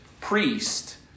priest